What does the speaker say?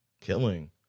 killing